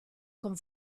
con